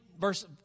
verse